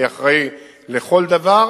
אני אחראי לכל דבר,